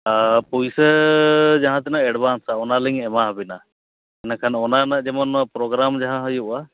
ᱯᱩᱭᱥᱟᱹ ᱡᱟᱦᱟᱸ ᱛᱤᱱᱟᱹᱜ ᱮᱰᱵᱷᱟᱱᱥᱟ ᱚᱱᱟᱞᱤᱧ ᱮᱢᱟ ᱵᱤᱱᱟ ᱤᱱᱟᱹ ᱠᱷᱟᱱ ᱚᱱᱮ ᱩᱱᱟᱹᱜ ᱡᱮᱢᱚᱱ ᱡᱮᱢᱚᱱ ᱯᱨᱳᱜᱨᱟᱢ ᱡᱟᱦᱟᱸ ᱦᱩᱭᱩᱜᱼᱟ